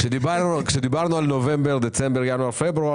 כשדיברנו על נובמבר-דצמבר וינואר-פברואר,